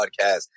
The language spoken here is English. Podcast